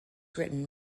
written